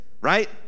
right